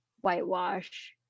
whitewash